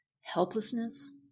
helplessness